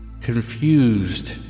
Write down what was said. confused